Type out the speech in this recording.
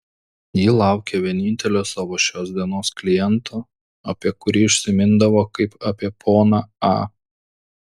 ji laukė vienintelio savo šios dienos kliento apie kurį užsimindavo kaip apie poną a